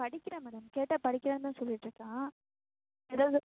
படிக்கிறான் மேடம் கேட்டால் படிக்கிறேன்னு தான் சொல்லிகிட்டு இருக்கான் ஏதாவது